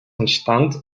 entstand